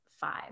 five